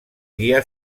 guia